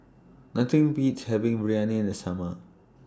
Nothing Beats having Biryani in The Summer